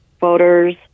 voters